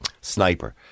sniper